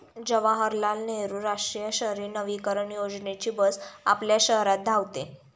जवाहरलाल नेहरू राष्ट्रीय शहरी नवीकरण योजनेची बस आपल्या शहरात धावते